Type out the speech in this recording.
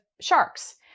sharks